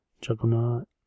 Juggernaut